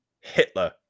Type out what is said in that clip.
Hitler